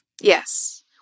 Yes